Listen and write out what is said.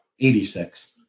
86